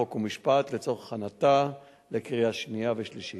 חוק ומשפט לצורך הכנתה לקריאה שנייה ושלישית.